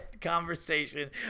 conversation